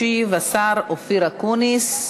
ישיב השר אופיר אקוניס.